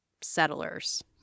settlers